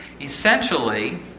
Essentially